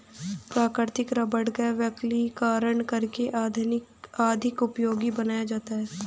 प्राकृतिक रबड़ का वल्कनीकरण करके अधिक उपयोगी बनाया जाता है